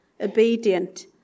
obedient